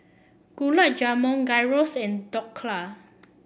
Gulab Jamun Gyros and Dhokla